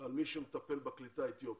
על מי שמטפל בקליטה האתיופית.